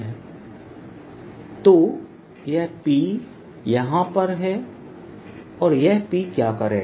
Qb K 1KQ Pe0Ee04π0QKr2r तो यह P यहां पर है और यह P क्या करेगा